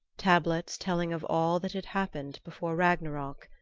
tablets telling of all that had happened before ragnarok,